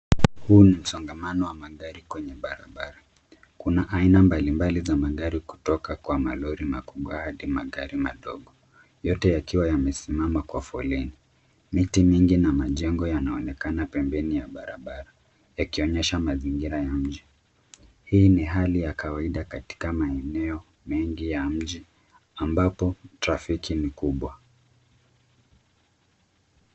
Huu ni msongamano wa magari kwenye barabara, kuna aina mbalimbali za magari kutoka kwa malori makubwa hadi magari madogo, yote yakiwa yamesimama kwa foleni. Miti mingi na majengo yanaonekana pembeni ya barabara yakionyesha mazingira ya mji. Hii ni hali ya kawaida katika maeneo mengi ya mji ambapo trafiki ni kubwa.